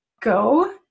go